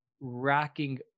racking